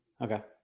Okay